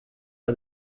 are